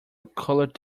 curled